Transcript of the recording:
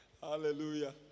Hallelujah